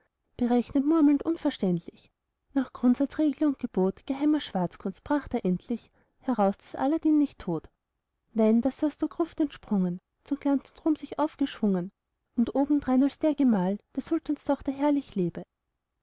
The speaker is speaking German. unverständlich nach grundsatz regel und gebot geheimer schwarzkunst bracht er endlich heraus daß aladdin nicht tot nein daß er aus der gruft entsprungen zu glanz und ruhm sich aufgeschwungen und obendrein als der gemahl der sultanstochter herrlich lebe